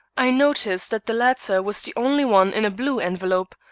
i noticed that the latter was the only one in a blue envelope,